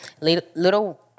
Little